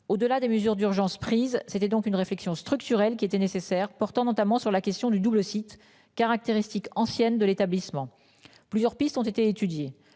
Au-delà des mesures d'urgence prises. C'était donc une réflexion structurelle qui était nécessaire, portant notamment sur la question du double sites caractéristiques ancienne de l'établissement. Plusieurs pistes ont été étudiés,